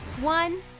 one